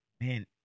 man